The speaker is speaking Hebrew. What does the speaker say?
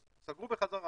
אז סגרו בחזרה.